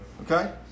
Okay